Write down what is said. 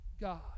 God